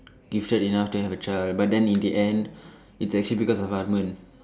gifted enough to have a child but then in the end it's actually because of Varman